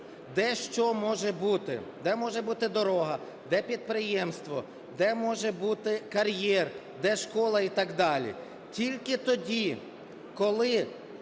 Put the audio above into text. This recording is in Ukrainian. де, що може бути: де може бути дорога, де підприємство, де може бути кар'єр, де школа і так далі. Тільки тоді, коли